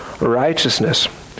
righteousness